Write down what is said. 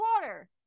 water